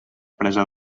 presa